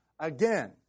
Again